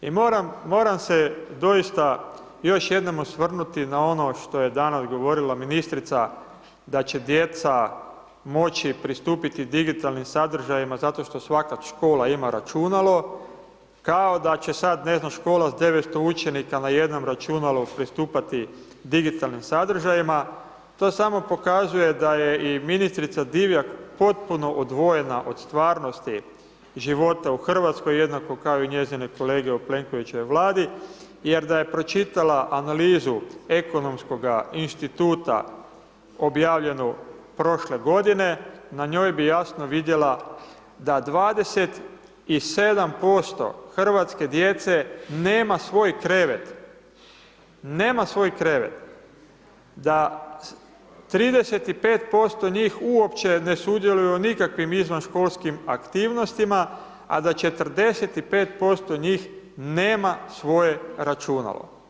I moram se doista još jednom osvrnuti na ono što je danas govorila ministrica da će djeca moći pristupiti digitalnim sadržajima zato što svaka škola ima računalo, kao da će sad ne znam, škola sa 900 učenika na jednom računalu pristupati digitalnim sadržajima, to samo pokazuje da je i ministrica Divjak potpuno odvojena od stvarnosti života u Hrvatskoj jednako kao i njezine kolege u Plenkovićevoj Vladi jer da je pročitala analizu Ekonomskog instituta objavljenu prošle godine, na njoj bi jasno vidjela da 27% hrvatske djece nema svoj krevet, da 35% njih uopće ne sudjeluje u nikakvih izvanškolskim aktivnostima a da 45% njih nema svoje računalo.